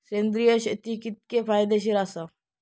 सेंद्रिय शेती कितकी फायदेशीर आसा?